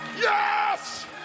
Yes